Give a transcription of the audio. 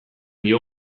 dio